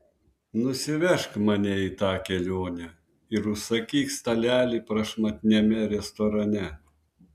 nusivežk mane į tą kelionę ir užsakyk stalelį prašmatniame restorane